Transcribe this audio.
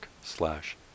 slash